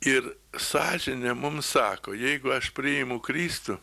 ir sąžinė mum sako jeigu aš priimu kristų